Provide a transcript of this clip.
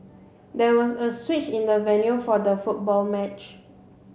there was a switch in the venue for the football match